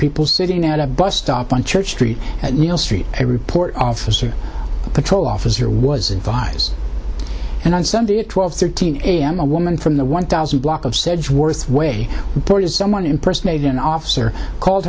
people sitting at a bus stop on church street at neal street a report officer a patrol officer was advised and on sunday at twelve thirteen am a woman from the one thousand block of said worst way towards someone impersonating an officer called